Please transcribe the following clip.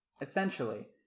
Essentially